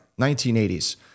1980s